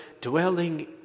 dwelling